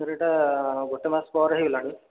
sir ଏଇଟା ଗୋଟେ ମାସ ପରେ ହେଇଗଲାଣି